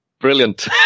Brilliant